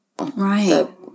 Right